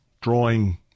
drawing